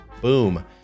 Boom